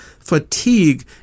Fatigue